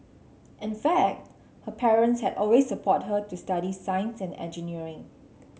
in fact her parents had always support her to study science and engineering